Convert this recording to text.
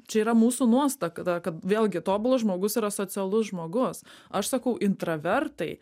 čia yra mūsų nuostaka kad vėlgi tobulas žmogus yra socialus žmogus aš sakau intravertai